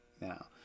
now